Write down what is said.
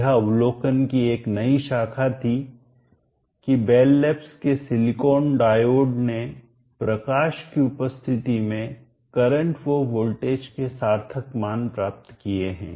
यह अवलोकन की एक नई शाखा थी की बेल लैब्स के सिलीकान डायोड ने प्रकाश की उपस्थिति में करंट व वोल्टेज के सार्थक मान प्राप्त किए हैं